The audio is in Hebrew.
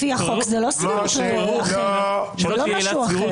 לפי החוק זה לא סבירות אחרת, זה לא משהו אחר.